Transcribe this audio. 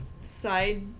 side